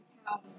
town